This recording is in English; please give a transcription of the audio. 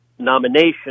nomination